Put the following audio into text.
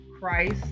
Christ